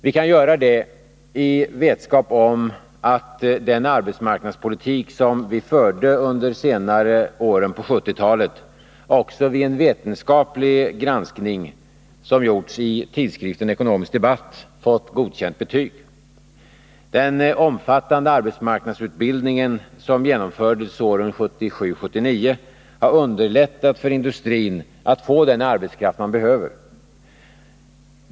Vi kan göra det i vetskap om att den arbetsmarknadspolitik som vi förde under de senare åren på 1970-talet också vid en vetenskaplig granskning, som gjorts i tidskriften Ekonomisk Debatt, fått godkänt betyg. Den omfattande arbetsmarknadsutbildning som genomfördes åren 1977-1979 har underlättat för industrin att få den arbetskraft man behöver.